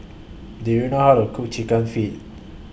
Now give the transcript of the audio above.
Do YOU know How to Cook Chicken Feet